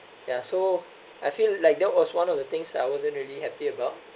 ya so I feel like there was one of the things I wasn't really happy about